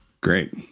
Great